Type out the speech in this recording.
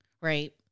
Right